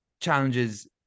challenges